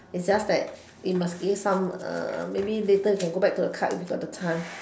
it's just that you must give some err maybe later can go back to the card if we got the time